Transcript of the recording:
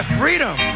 freedom